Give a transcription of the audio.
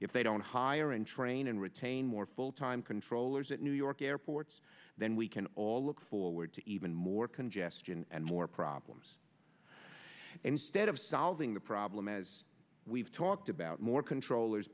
if they don't hire and train and retain more full time controllers at new york airports then we can all look forward to even more congestion and more problems instead of solving the problem as we've talked about more controllers